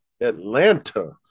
Atlanta